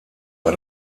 war